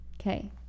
Okay